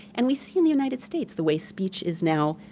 and we see in the united states the way speech is now,